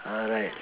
alright